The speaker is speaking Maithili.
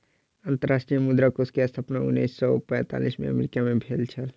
अंतर्राष्ट्रीय मुद्रा कोष के स्थापना उन्नैस सौ पैंतालीस में अमेरिका मे भेल छल